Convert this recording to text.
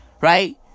right